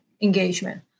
engagement